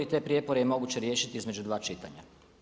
I te prijepore je moguće riješiti između 2 čitanja.